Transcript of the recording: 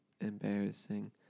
embarrassing